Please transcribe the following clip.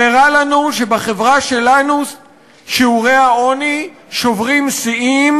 שהראה לנו שבחברה שלנו שיעורי העוני שוברים שיאים